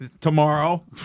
tomorrow